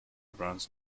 runs